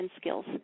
skills